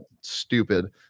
stupid